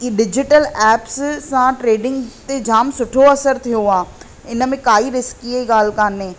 ई digital apps सां trading ते जाम सुठो असरु थियो आहे इन में काई रिस्की ॻाल्हि कान्हे